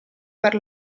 per